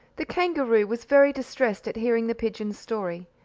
the kangaroo was very distressed at hearing the pigeon's story.